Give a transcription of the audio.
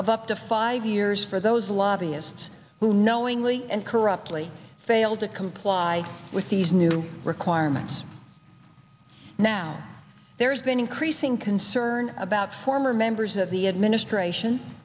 of up to five years for those lobbyist who knowingly and corruptly failed to comply with these new requirements now there's been increasing concern about former members of the administration